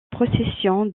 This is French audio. procession